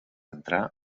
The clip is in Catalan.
entrar